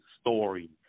story